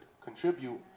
contribute